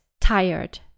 tired